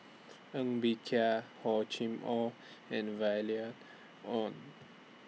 Ng Bee Kia Hor Chim Or and Violet Oon